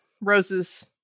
rose's